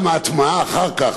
וגם ההטמעה אחר כך,